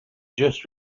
just